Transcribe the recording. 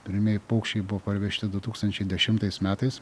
pirmieji paukščiai buvo parvežti du tūkstančiai dešimtais metais